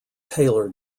taylor